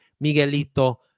Miguelito